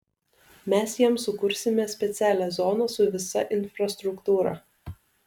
mes jiems sukursime specialią zoną su visa infrastruktūra